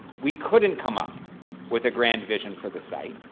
we couldn't come up with a grand vision for the site.